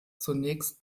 zunächst